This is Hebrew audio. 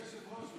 אדוני היושב-ראש,